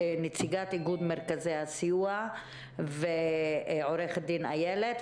נציגת איגוד מרכזי הסיוע ועורכת דין איילת,